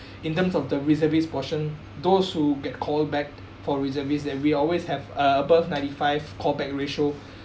in terms of the reservists portion those who get called back for reservist that we always have uh above ninety five call back ratio